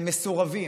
הם מסורבים,